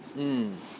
mm